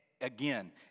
Again